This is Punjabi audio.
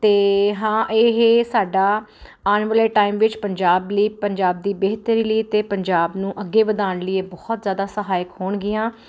ਅਤੇ ਹਾਂ ਇਹ ਸਾਡਾ ਆਉਣ ਵਾਲੇ ਟਾਈਮ ਵਿੱਚ ਪੰਜਾਬ ਲਈ ਪੰਜਾਬ ਦੀ ਬਿਹਤਰੀ ਲਈ ਅਤੇ ਪੰਜਾਬ ਨੂੰ ਅੱਗੇ ਵਧਾਉਣ ਲਈ ਇਹ ਬਹੁਤ ਜ਼ਿਆਦਾ ਸਹਾਇਕ ਹੋਣਗੀਆਂ